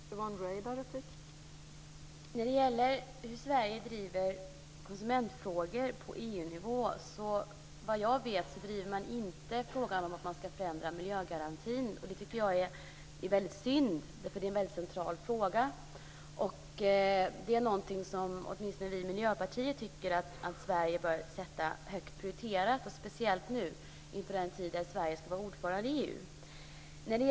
Fru talman! När det gäller hur Sverige driver konsumentfrågor på EU-nivå driver man inte, såvitt jag vet, frågan om att förändra miljögarantin. Det tycker jag är väldigt synd därför att det är en väldigt central fråga. Åtminstone vi i Miljöpartiet tycker att Sverige bör ha detta högt prioriterat, speciellt nu inför den tid då Sverige ska vara ordförande i EU.